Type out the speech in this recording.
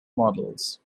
models